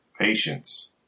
Patience